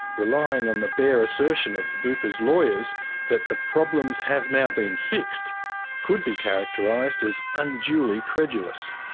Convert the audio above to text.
relying on the bare assertion of bupa's lawyers that the problems have now been fixed could be characterised as unduly credulous.